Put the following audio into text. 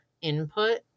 input